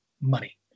money